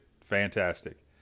fantastic